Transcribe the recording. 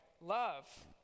love